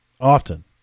often